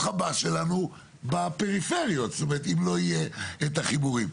הבא שלנו בפריפריות אם לא יהיו החיבורים.